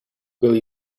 will